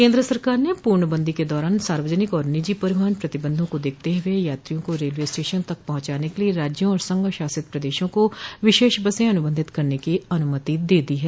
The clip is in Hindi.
केन्द्र सरकार ने पूर्णबंदी के दौरान सार्वजनिक और निजी परिवहन प्रतिबंधों को देखते हुए यात्रियों को रेलवे स्टशन तक पहुंचाने के लिए राज्यों और संघ शासित प्रदेशों को विशेष बसें अनुबंधित करने की अनुमति दे दी है